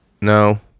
no